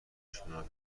خشمناک